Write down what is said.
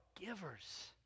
givers